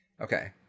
Okay